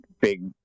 big